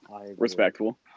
Respectful